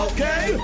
Okay